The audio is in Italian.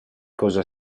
cosa